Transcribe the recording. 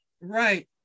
Right